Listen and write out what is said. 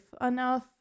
enough